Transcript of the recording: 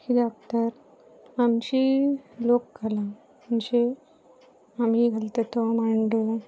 कित्याकतार आमची लोककला म्हणजे आमी घालता तो मांडो